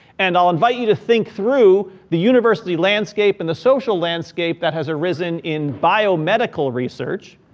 and i'll invite you to think through the university landscape and the social landscape that has arisen in biomedical research,